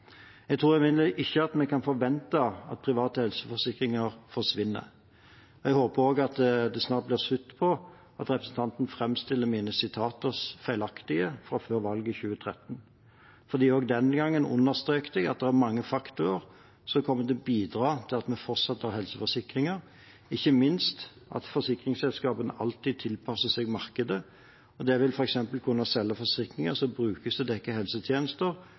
Jeg tror imidlertid ikke vi kan forvente at private helseforsikringer forsvinner. Jeg håper det snart blir slutt på at representanten framstiller sitater fra meg feilaktig fra før valget i 2013. Også den gangen understreket jeg at det er mange faktorer som kommer til å bidra til at vi fortsatt vil ha helseforsikringer, ikke minst at forsikringsselskapene alltid tilpasser seg markedet. De vil f.eks. kunne selge forsikringer som brukes til å dekke helsetjenester